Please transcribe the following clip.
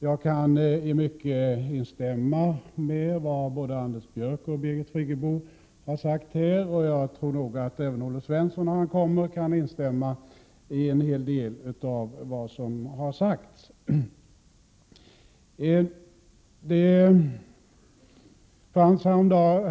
Jag kan i mycket instämma i vad både Anders Björck och Birgit Friggebo har sagt här. Jag tror att även Olle Svensson kan instämma i en hel del av vad som har sagts.